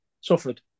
suffered